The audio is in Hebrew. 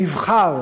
נבחר